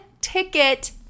ticket